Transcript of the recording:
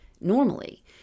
normally